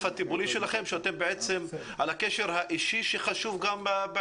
הטיפולי שלכם ועל הקשר האישי שגם הוא חשוב?